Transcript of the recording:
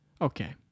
Okay